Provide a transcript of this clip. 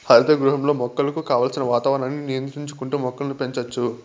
హరిత గృహంలో మొక్కలకు కావలసిన వాతావరణాన్ని నియంత్రించుకుంటా మొక్కలను పెంచచ్చు